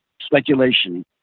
speculation